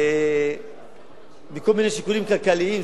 מכל מיני חישובים כלכליים.